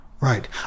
Right